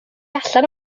allan